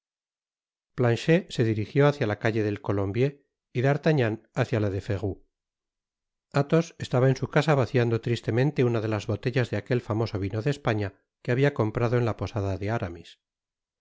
planchet se dirijió hácia la calle del colombier y d'artagnan hácia la de ferou athos estaba en su casa vaciando tristemente una de las botellas de aquel famoso vino de españa que habia comprado en la posada de aramis